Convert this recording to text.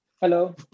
Hello